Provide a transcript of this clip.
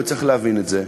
וצריך להבין את זה,